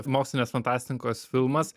mokslinės fantastikos filmas